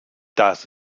das